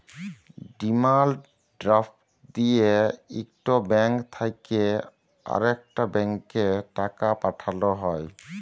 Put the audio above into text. demand draft দিঁয়ে ইকট bank থ্যাইকে আরেকট ব্যাংকে টাকা পাঠাল হ্যয়